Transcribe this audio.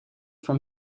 from